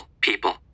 people